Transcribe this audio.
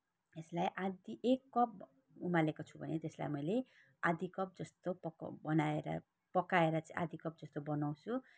यसलाई आधा एक कप उमालेको छु भने त्यसलाई मैले आधा कप जस्तो पकाउ बनाएर पकाएर चाहिँ आधा कप जस्तो बनाउँछु